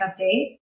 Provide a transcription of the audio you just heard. update